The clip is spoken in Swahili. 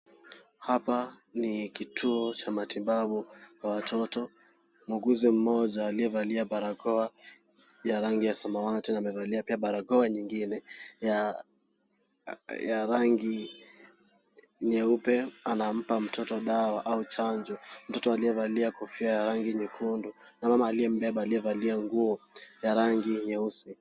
Hapa ni kituo cha matibabu wa watoto. Muguzi mmoja aliyevalia barakoa ya rangi ya samawati na amevalia pia barakoa nyingine ya rangi nyeupe. Anampa mtoto dawa au chanjo, mtoto aliyevalia kofia ya rangi nyekundu na mama aliyembeba aliyevalia nguo ya rangi nyeusi.